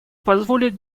позволит